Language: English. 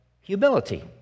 humility